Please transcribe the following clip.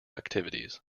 activities